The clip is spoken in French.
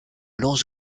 lance